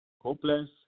hopeless